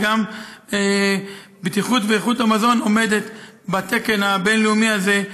וגם בטיחות ואיכות המזון עומדות בתקן הבין-לאומי הזה,